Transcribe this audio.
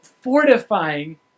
fortifying